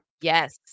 yes